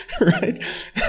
Right